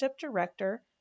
director